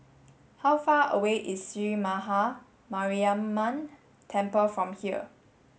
how far away is Sree Maha Mariamman Temple from here